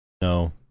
no